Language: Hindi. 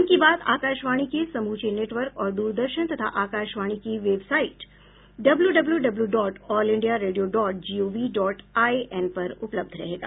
मन की बात आकाशवाणी के समूचे नेटवर्क और दूरदर्शन तथा आकाशवाणी की website W W W dot All India Radio dot G O V dot I N पर उपलब्ध रहेगा